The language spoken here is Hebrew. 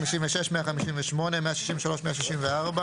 143 עד 145, 153, 154,